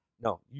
No